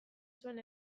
zuen